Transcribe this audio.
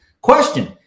Question